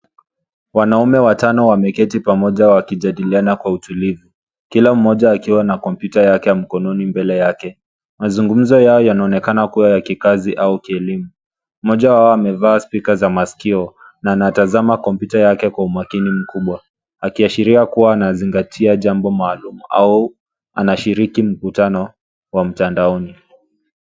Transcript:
Wanaume watano wameketi pamoja wakijadiliana kwa utulivu. Kila mmoja akiwa na kompyuta yake ya mkononi mbele yake. Mazugumzo yao yanaonekana kuwa ya kikazi au kielimu. Mmoja wao amevaa spika za masikio na anatazama kompyuta yake kwa umakini mkubwa akiashiria kuwa anazingatia jambo maalum au anashiriki mkutano wa mtandaoni.